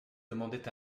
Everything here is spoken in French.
demandait